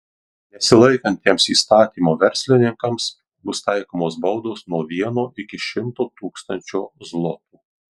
nesilaikantiems įstatymo verslininkams bus taikomos baudos nuo vieno iki šimto tūkstančio zlotų